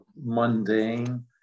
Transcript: mundane